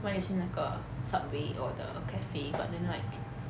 不然也是那个 Subway or the cafe but then like